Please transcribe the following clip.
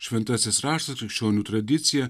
šventasis raštas krikščionių tradicija